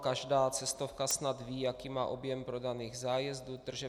Každá cestovka snad ví, jaký má objem prodaných zájezdů, tržeb.